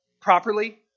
properly